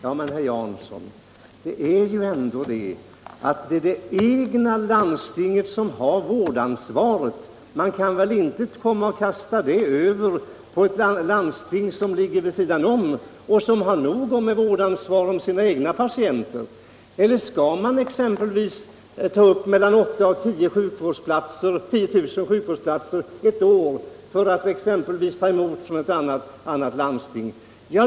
Men det är ju, herr Jansson, ändå det cgna landstinget som har vårdansvaret. Man kan väl inte kasta det över på ett landsting som ligger vid sidan om och som har nog med vårdansvaret för sina egna patienter. Eller skall man exempelvis låta mellan 8 000 och 10 000 sjukvårdsplatser ett år tas upp av patienter från ett annat landsting?